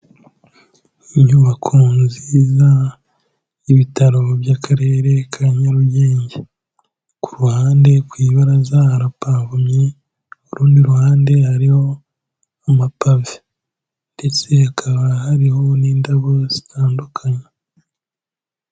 Inyubako nziza y'ibitaro by'Akarere ka Nyarugenge, ku ruhande ku ibaraza harapavomye, urundi ruhande hariho amapave ndetse hakaba hariho n'indabo zitandukanye.